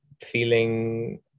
feeling